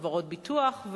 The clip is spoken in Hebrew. חברות ביטוח,